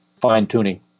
fine-tuning